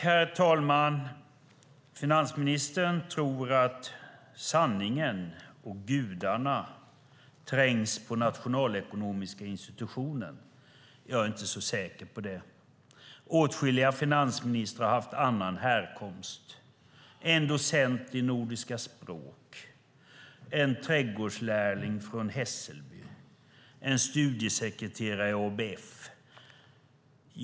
Herr talman! Finansministern tror att sanningen och gudarna trängs på nationalekonomiska institutionen. Jag är inte så säker på det. Åtskilliga finansministrar har haft annan härkomst - en docent i nordiska språk, en trädgårdslärling från Hässelby, en studiesekreterare i ABF.